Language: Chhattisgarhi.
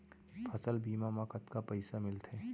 फसल बीमा म कतका पइसा मिलथे?